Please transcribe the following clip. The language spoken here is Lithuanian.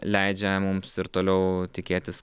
leidžia mums ir toliau tikėtis